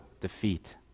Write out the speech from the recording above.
defeat